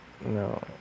No